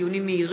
דיון מהיר